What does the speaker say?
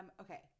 Okay